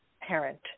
parent